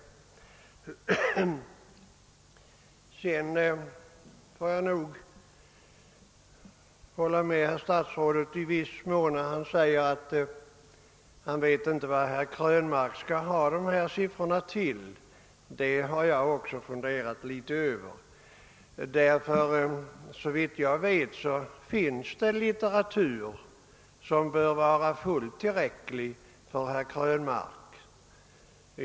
Jag får nog i viss mån hålla med statsrådet när han säger att han inte vet vad herr Krönmark skall ha för nytta av de siffror han begär. Det har jag också funderat över. Såvitt jag vet finns det litteratur som bör vara fullt tillräcklig även för herr Krönmark.